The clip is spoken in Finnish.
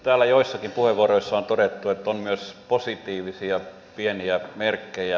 täällä joissakin puheenvuoroissa on todettu että on myös positiivisia pieniä merkkejä